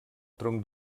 tronc